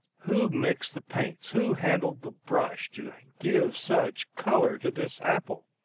who mixed the paints, who handled the brush to give such color to this apple?